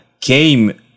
came